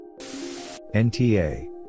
NTA